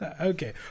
Okay